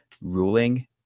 ruling